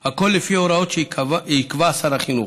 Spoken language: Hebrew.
הכול לפי הוראות שיקבע שר החינוך.